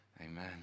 Amen